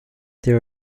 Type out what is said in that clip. there